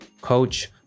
coach